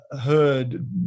heard